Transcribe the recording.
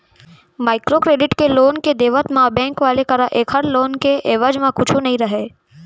micro credit के loan के देवत म बेंक वाले करा ऐखर लोन के एवेज म कुछु नइ रहय